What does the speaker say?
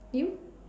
you